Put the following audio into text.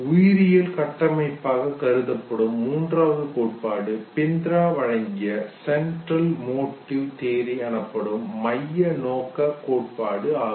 உயிரியல் கட்டமைப்பாகக் கருதப்படும் மூன்றாவது கோட்பாடு பிந்த்ரா வழங்கிய சென்ட்ரல் மோட்டிவ் தியரி எனப்படும் மைய நோக்கக் கோட்பாடு ஆகும்